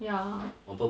on purpose